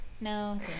No